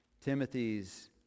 Timothy's